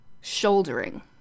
shouldering